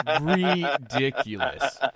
Ridiculous